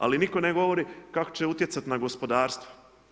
Ali nitko ne govori kako će utjecat na gospodarstvo?